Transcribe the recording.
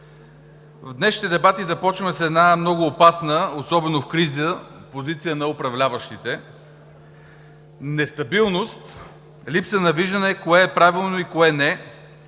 В днешните дебати започваме с една много опасна, особено в криза, позиция на управляващите – нестабилност, липса на виждане кое е правилно и кое не,